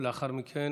ולאחר מכן,